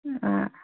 ആ